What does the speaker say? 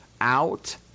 out